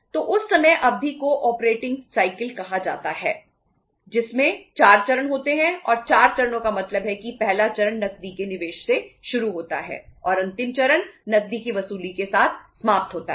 तो उस समय अवधि को ऑपरेटिंग साइकिल कहा जाता है जिसमें 4 चरण होते हैं और 4 चरणों का मतलब है कि पहला चरण नकदी के निवेश से शुरू होता है और अंतिम चरण नकदी की वसूली के साथ समाप्त होता है